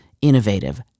innovative